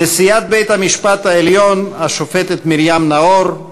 נשיאת בית-המשפט העליון השופטת מרים נאור,